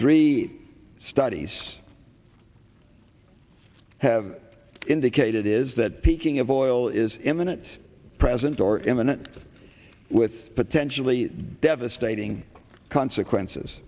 three studies have indicated is that peaking of oil is imminent present or imminent with potentially devastating consequences